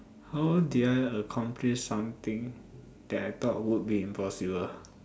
how did I accomplish something that I thought would be impossible